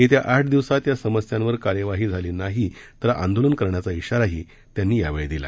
येत्या आठ दिवसांत या समस्यांवर कार्यवाही झाली नाही तर आंदोलन करण्याचा इशाराही त्यांनी यावेळी दिला